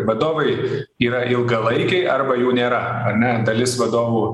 vadovai yra ilgalaikiai arba jų nėra ar ne dalis vadovų